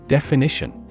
Definition